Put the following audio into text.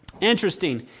Interesting